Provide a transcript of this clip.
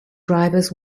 drivers